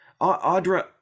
Audra